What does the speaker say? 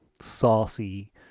saucy